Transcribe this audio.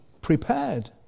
prepared